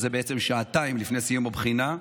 שזה למעשה שעתיים לפני סיום הבחינה,